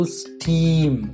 steam